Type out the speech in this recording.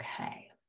Okay